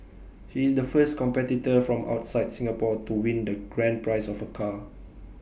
he is the first competitor from outside Singapore to win the grand prize of A car